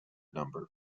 number